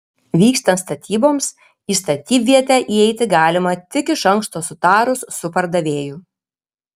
vykstant statyboms į statybvietę įeiti galima tik iš anksto sutarus su pardavėju